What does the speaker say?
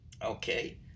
Okay